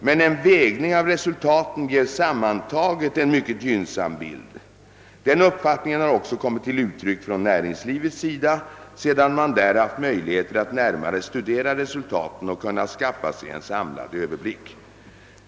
Men en vägning av resultaten ger sammantaget en mycket gynnsam bild. Den uppfattningen har också kommit till uttryck från näringslivets sida, sedan man där haft möjligheter att närmare studera resultaten och kunnat skaffa sig en samlad överblick.